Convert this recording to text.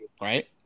Right